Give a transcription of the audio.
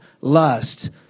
lust